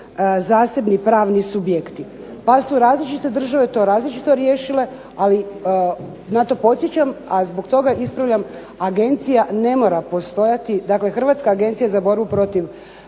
zasebni pravni subjekti. Pa su različite države to različito riješile, ali na to podsjećam a zbog toga ispravljam, agencija ne mora postojati. Dakle, Hrvatska agencija za borbu protiv